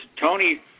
Tony